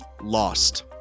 Lost